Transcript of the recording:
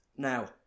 Now